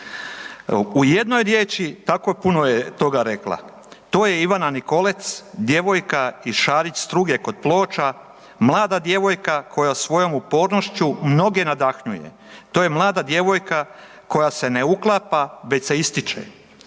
u jednoj riječi tako puno je toga rekla. To je Ivana Nikolec, djevojka iz Šarić Struge kod Ploča, mlada djevojka koja svojom upornošću mnoge nadahnjuje. To je mlada djevojka koja se ne uklapa već se ističe.